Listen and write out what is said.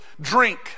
drink